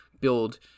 build